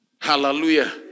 Hallelujah